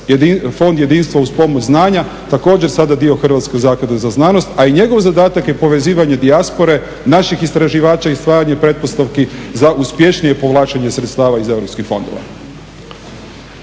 Fond jedinstva uz pomoć znanja također sada dio Hrvatske zaklade za znanost, a i njegov zadatak je povezivanje dijaspore naših istraživača i stvaranje pretpostavki za uspješnije povlačenje sredstava iz europskih fondova.